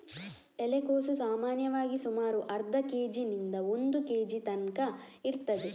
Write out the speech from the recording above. ಎಲೆಕೋಸು ಸಾಮಾನ್ಯವಾಗಿ ಸುಮಾರು ಅರ್ಧ ಕೇಜಿನಿಂದ ಒಂದು ಕೇಜಿ ತನ್ಕ ಇರ್ತದೆ